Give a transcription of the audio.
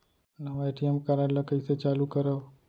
नवा ATM card ल कइसे चालू करव?